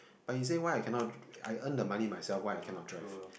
but he say why I cannot I earn the money myself why I cannot drive